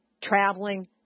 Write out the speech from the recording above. traveling